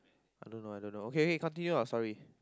I don't know I don't know okay okay continue ah sorry